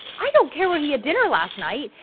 i don't care where he had dinner last night.